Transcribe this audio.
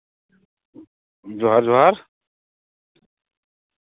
ᱡᱚᱦᱟᱨ ᱡᱚᱦᱟᱨ